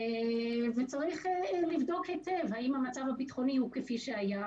וצריך לבדוק היטב אם המצב הביטחוני הוא כפי שהיה,